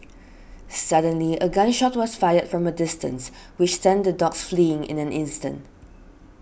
suddenly a gun shot was fired from a distance which sent the dogs fleeing in an instant